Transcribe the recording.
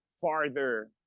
farther